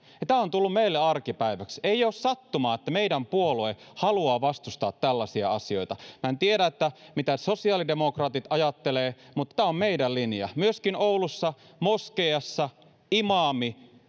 ja tämä on tullut meille arkipäiväksi ei ole sattumaa että meidän puolue haluaa vastustaa tällaisia asioita en tiedä mitä sosiaalidemokraatit ajattelevat mutta tämä on meidän linja myöskin oulussa moskeijassa imaami